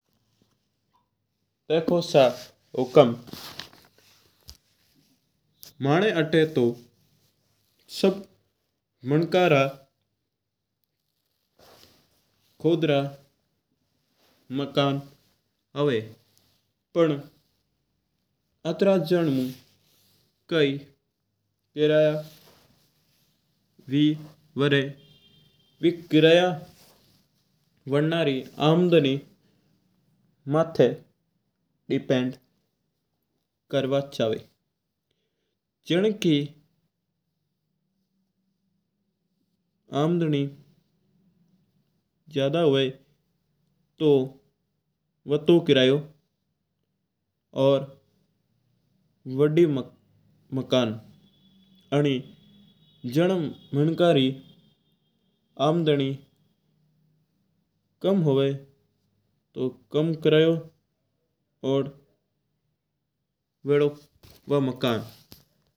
देखो सा हुकम मना आता तू सब मनका रा खुद रा मकान हुवा पन। आतर जना कही किराया भी वारा है है किराया भरना री आमदनी बाणा माता डिपेंड करा है। जिनकी आमदनी ज्यादा हुवा तू वो तू किरयो वदो मकान माई रेवा। जिन्न आदमी री आमदनी कम कम हुवा वो कम किरयो और वेदो मकान।